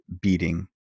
beating